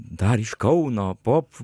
dar iš kauno pop